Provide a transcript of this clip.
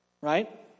Right